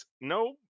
No